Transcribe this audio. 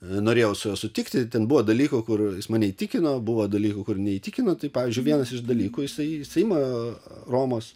norėjau su juo sutikti ten buvo dalykų kur jis mane įtikino buvo dalykų kur neįtikino tai pavyzdžiui vienas iš dalykų jisai jisai ima romos